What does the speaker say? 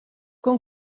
con